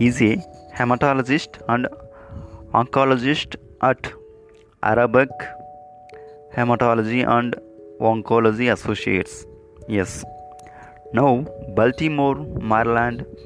He is a hematologist and oncologist at Arabic Hematology and Oncology Associates. Yes. Now, Baltimore, Maryland,